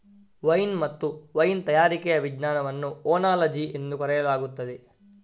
wine ಮತ್ತು wine ತಯಾರಿಕೆಯ ವಿಜ್ಞಾನವನ್ನು ಓನಾಲಜಿ ಎಂದು ಕರೆಯಲಾಗುತ್ತದೆ